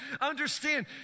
understand